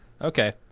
Okay